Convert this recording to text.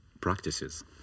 practices